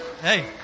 Hey